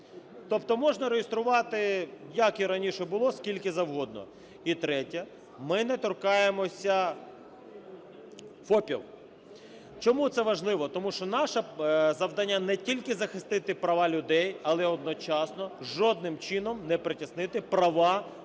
тобто можна реєструвати, як і раніше було, скільки завгодно. І третє. Ми не торкаємося ФОПів. Чому це важливо? Тому що наше завдання не тільки захистити права людей, але одночасно, жодним чином не притіснити права наших